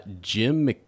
Jim